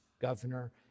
governor